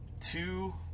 two